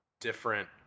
different